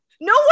No